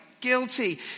guilty